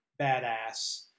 badass